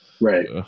Right